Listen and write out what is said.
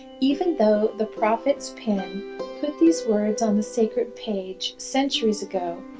even though the prophet's pen put these words on the sacred page centuries ago,